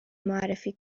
معرفی